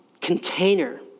container